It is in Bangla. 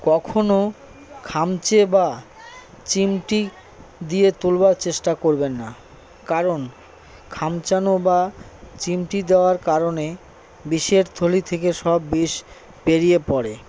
কখনো খামচে বা চিমটি দিয়ে তোলবার চেষ্টা করবেন না কারণ খামচানো বা চিমটি দেওয়ার কারণে বিষের থলি থেকে সব বিষ বেরিয়ে পড়ে